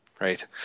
right